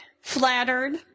flattered